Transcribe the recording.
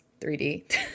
3D